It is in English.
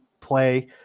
play